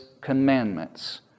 commandments